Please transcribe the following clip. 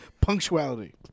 Punctuality